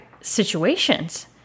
situations